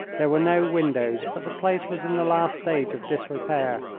there were no windows, but the place was in the last stage of disrepair,